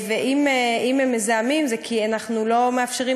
ואם הם מזהמים זה כי אנחנו לא מאפשרים